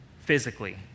physically